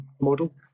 model